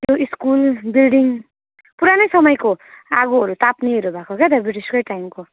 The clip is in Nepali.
त्यो स्कुल बिल्डिङ पुरानै समयको हो आगोहरू ताप्नेहरू भएको क्या त ब्रिटिसकै टाइमको